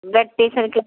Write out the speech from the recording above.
blood pressure के